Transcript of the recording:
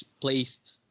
placed